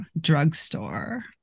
drugstore